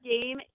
game